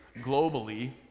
globally